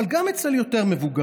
אבל גם אצל יותר מבוגרים.